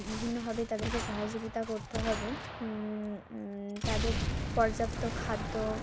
বিভিন্নভাবে তাদেরকে সহযোগিতা করতে হবে তাদের পর্যাপ্ত খাদ্য